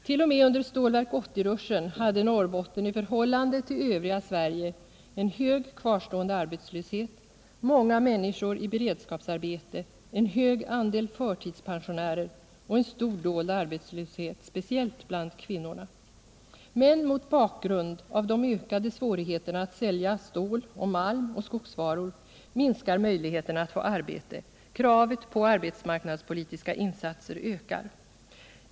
T. o. m. under Stålverk 80-ruschen hade Norrbotten i förhållande till övriga Sverige en hög kvarstående arbetslöshet, många människor i beredskapsarbete, en hög andel förtidspensionärer och en stor dold arbetslöshet, speciellt bland kvinnorna. Mot bakgrund av de ökade svårigheterna att sälja stål, malm och skogsvaror minskar emellertid möjligheterna att få arbete, och kravet på arbetsmarknadspolitiska insatser ökar.